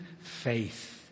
faith